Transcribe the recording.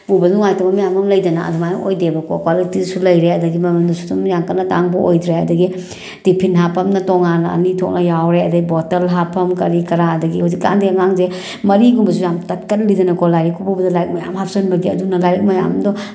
ꯄꯨꯕꯗ ꯅꯨꯡꯉꯥꯏꯇꯕ ꯃꯌꯥꯝ ꯑꯃ ꯂꯩꯗꯅ ꯑꯗꯨꯃꯥꯏꯅ ꯑꯣꯏꯗꯦꯕ ꯀꯣ ꯀ꯭ꯋꯥꯂꯤꯇꯤꯁꯨ ꯂꯩꯔꯦ ꯑꯗꯒꯤ ꯃꯃꯜꯗꯨꯁꯨ ꯑꯗꯨꯝ ꯌꯥꯝ ꯀꯟꯅ ꯇꯥꯡꯕ ꯑꯣꯏꯗ꯭ꯔꯦ ꯑꯗꯒꯤ ꯇꯤꯐꯤꯟ ꯍꯥꯞꯐꯝꯅ ꯇꯣꯡꯉꯥꯟꯅ ꯑꯅꯤ ꯊꯣꯛꯅ ꯌꯥꯎꯔꯦ ꯑꯗꯒꯤ ꯕꯣꯇꯜ ꯍꯥꯞꯐꯝ ꯀꯔꯤ ꯀꯔꯥ ꯑꯗꯒꯤ ꯍꯧꯖꯤꯛꯀꯥꯟꯗꯤ ꯑꯉꯥꯡꯁꯦ ꯃꯔꯤꯒꯨꯝꯕꯁꯨ ꯌꯥꯝ ꯇꯠꯀꯜꯂꯤꯗꯅ ꯀꯣ ꯂꯥꯏꯔꯤꯛꯀ ꯄꯨꯕꯗ ꯂꯥꯏꯔꯤꯛ ꯃꯌꯥꯝ ꯍꯥꯞꯆꯤꯟꯕꯒꯤ ꯑꯗꯨꯅ ꯂꯥꯏꯔꯤꯛ ꯃꯌꯥꯝꯗꯣ